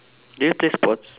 do you play sports